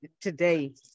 today